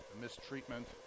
mistreatment